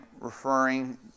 referring